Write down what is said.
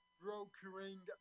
brokering